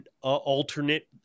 alternate